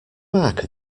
mark